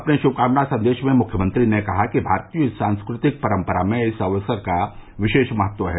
अपने श्भकामना सन्देश में मुख्यमंत्री ने कहा कि भारतीय सांस्कृ तिक परम्परा में इस अवसर का विशेष महत्व है